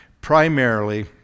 primarily